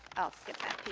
i'll skip that.